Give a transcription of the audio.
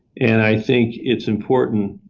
and i think it's important